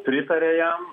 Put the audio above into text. pritarė jam